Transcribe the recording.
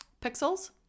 pixels